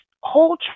whole